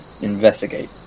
investigate